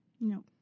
No